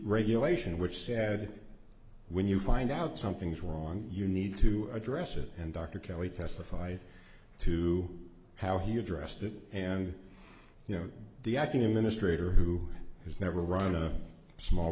regulation which sad when you find out something's wrong you need to address it and dr kelly testified to how he addressed it and you know the aqim in a stranger who has never run a small